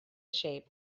shape